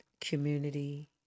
community